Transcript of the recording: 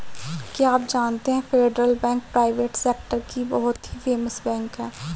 क्या आप जानते है फेडरल बैंक प्राइवेट सेक्टर की बहुत ही फेमस बैंक है?